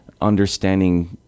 understanding